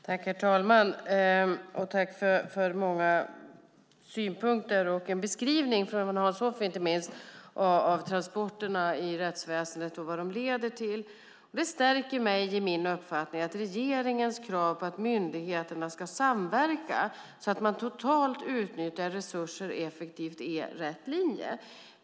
Herr talman! Jag tackar för många synpunkter och inte minst för beskrivningen från Hans Hoff av transporterna i rättsväsendet och vad de leder till. Det stärker mig i min uppfattning att regeringens krav på att myndigheterna ska samverka så att man totalt utnyttjar resurser effektivt är rätt linje.